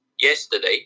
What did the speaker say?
yesterday